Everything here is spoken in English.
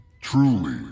Truly